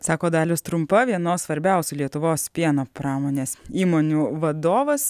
sako dalius trumpa vienos svarbiausių lietuvos pieno pramonės įmonių vadovas